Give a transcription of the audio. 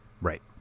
Right